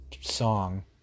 song